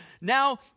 now